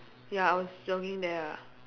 ya I was jogging there ah